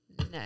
No